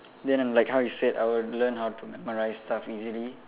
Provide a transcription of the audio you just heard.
then and like how you said I will learn how to memorize stuff easily